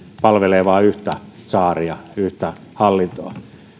vain yhtä tsaaria yhtä hallintoa